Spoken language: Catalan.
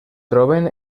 troben